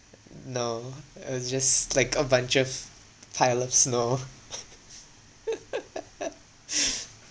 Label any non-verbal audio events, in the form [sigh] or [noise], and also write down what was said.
no it was just like a bunch of piled up snow [laughs]